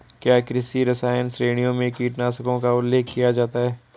क्या कृषि रसायन श्रेणियों में कीटनाशकों का उल्लेख किया जाता है?